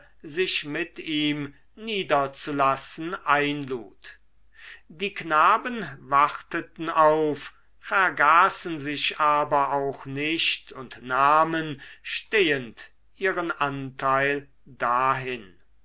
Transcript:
sich mit ihm niederzulassen einlud die knaben warteten auf vergaßen sich aber auch nicht und nahmen stehend ihren anteil dahin